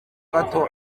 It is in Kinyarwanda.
gato